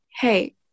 hey